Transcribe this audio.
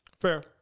fair